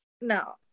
no